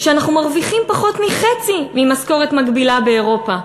שאנחנו מרוויחים פחות מחצי ממשכורת מקבילה באירופה.